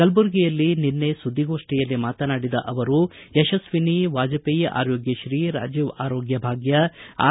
ಕಲ್ಪುರ್ಗಿಯಲ್ಲಿ ನಿನ್ನೆ ಸುದ್ದಿಗೋಷ್ಟಿಯಲ್ಲಿ ಮಾತನಾಡಿದ ಅವರು ಯಶಸ್ವಿನಿ ವಾಜಪೇಯಿ ಆರೋಗ್ಡಶ್ರೀ ರಾಜೀವ ಆರೋಗ್ಯ ಭಾಗ್ಯ ಆರ್